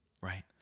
right